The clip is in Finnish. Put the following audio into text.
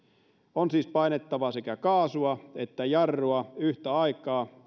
on siis painettava sekä kaasua että jarrua yhtä aikaa